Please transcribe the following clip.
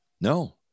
No